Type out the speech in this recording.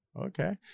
Okay